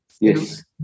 Yes